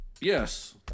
Yes